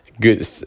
good